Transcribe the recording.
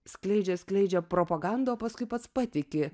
skleidžia skleidžia propagandą o paskui pats patiki